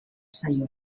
zaio